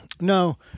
No